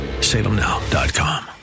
salemnow.com